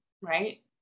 right